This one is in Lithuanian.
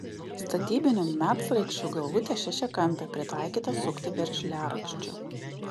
statybinių medsraigčių galvutė šešiakampė pritaikyta sukti veržliarakčiu